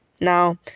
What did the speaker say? Now